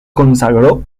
consagró